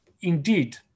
Indeed